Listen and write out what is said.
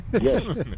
Yes